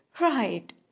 Right